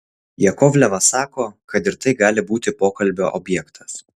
jakovlevas sako kad ir tai gali būti pokalbio objektas